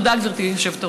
תודה, גברתי היושבת-ראש.